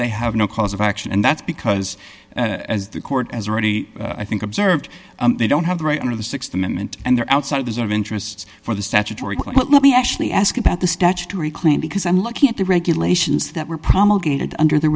they have no cause of action and that's because as the court has already i think observed they don't have the right under the th amendment and they're outside of the sort of interests for the statutory let me actually ask about the statutory claim because i'm looking at the regulations that were promulgated under the